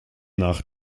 nach